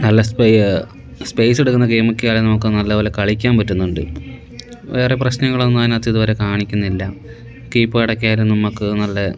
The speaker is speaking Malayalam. നല്ല സ്പെയ്സ് എടുക്കുന്ന ഗെയിം ഒക്കെയായാലും നമുക്ക് നല്ലപോലെ കളിക്കാൻ പറ്റുന്നുണ്ട് വേറെ പ്രശ്നങ്ങളൊന്നും അതിനകത്ത് ഇതുവരെ കാണിക്കുന്നില്ല കീപ്പാട് ഒക്കെയായാലും നമുക്ക് നല്ല